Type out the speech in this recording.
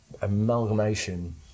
amalgamation